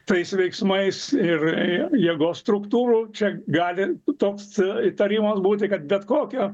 tais veiksmais ir jėgos struktūrų čia gali toks įtarimas būti kad bet kokio